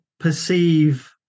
perceive